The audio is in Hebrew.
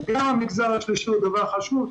אלא גם המגזר השלישי חשוב.